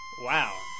Wow